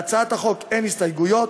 להצעת החוק אין הסתייגויות,